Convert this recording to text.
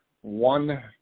one